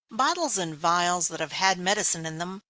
bottles and vials that have had medicine in them,